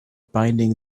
binding